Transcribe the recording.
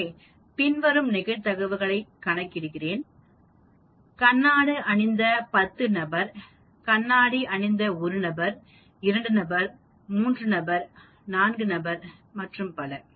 எனவே பின்வரும் நிகழ்தகவுகளைக் கணக்கிடுகிறேன் கண்ணாடி அணிந்த 0 நபர் கண்ணாடி அணிந்த 1 நபர் 2 நபர் 3 நபர் மற்றும் பல